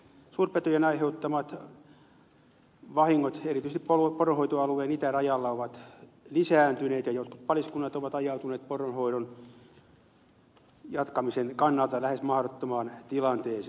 suurpetojen aiheuttamat vahingot erityisesti poronhoitoalueen itärajalla ovat lisääntyneet ja jotkut paliskunnat ovat ajautuneet poronhoidon jatkamisen kannalta lähes mahdottomaan tilanteeseen